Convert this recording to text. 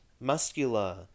Muscular